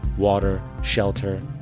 water, shelter.